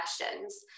questions